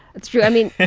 that's true. i mean,